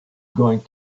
going